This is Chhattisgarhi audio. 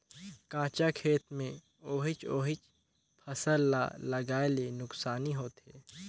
कंचा खेत मे ओहिच ओहिच फसल ल लगाये ले नुकसानी होथे